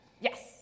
Yes